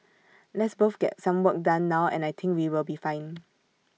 let's both get some work done now and I think we will be fine